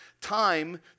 time